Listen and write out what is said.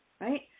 right